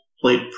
played